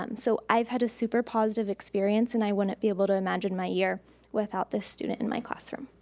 um so i've had a super positive experience and i wouldn't be able to imagine my year without this student in my classroom.